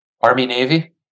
Army-Navy